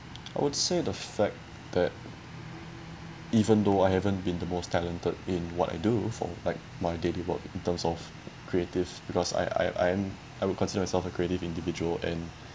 I would say the fact that even though I haven't been the most talented in what I do for like my daily work in terms of creative because I I I am I would consider myself a creative individual and